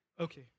Okay